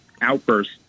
outburst